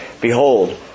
Behold